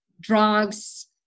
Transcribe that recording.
drugs